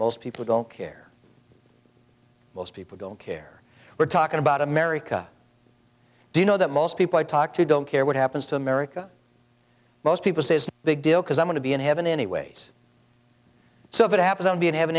most people don't care most people don't care we're talking about america do you know that most people i talk to don't care what happens to america most people say it's a big deal because i'm going to be in heaven anyways so if it happens i'll be in